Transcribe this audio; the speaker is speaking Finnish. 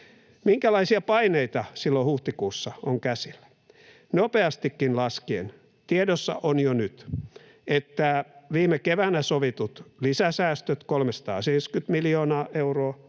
Minkälaisia paineita silloin huhtikuussa on käsillä? Nopeastikin laskien tiedossa ovat jo nyt viime keväänä sovitut lisäsäästöt, 370 miljoonaa euroa,